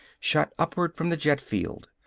shot upward from the jet-field.